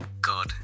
God